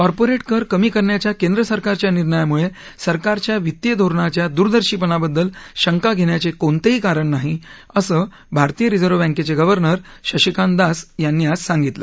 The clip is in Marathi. कॉर्पोरेट कर कमी करण्याच्या केंद्र सरकारच्या निर्णयामुळे सरकारच्या वित्तीय धोरणाच्या दूरदर्शीपणाबद्दल शंका घेण्याचे कोणतेही कारण नाही असं भारतीय रिझर्व्ह बँकेचे गव्हर्नर शशिकांत दास यांनी आज सांगितलं